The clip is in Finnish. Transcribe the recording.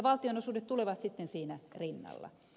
valtionosuudet tulevat sitten siinä rinnalla